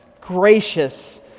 gracious